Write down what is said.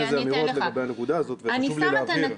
אמירות לגבי הנקודה הזאת וחשוב לי להבהיר מה זה אומר.